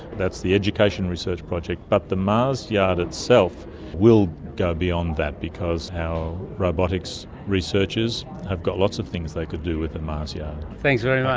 that's the education research project, but the mars yard itself will go beyond that because our robotics researchers have got lots of things they could do with the mars yard. thanks very much.